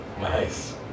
Nice